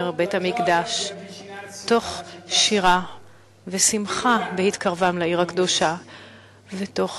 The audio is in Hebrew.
בית-המקדש בשירה ובשמחה בהתקרבם לעיר הקדושה ותוך